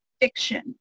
fiction